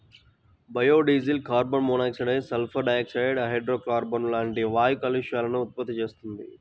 biodiesel carbon monoxide, sulphur dioxide, హైడ్రోకార్బన్లు లాంటి వాయు కాలుష్యాలను ఉత్పత్తి చేస్తుంది